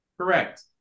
Correct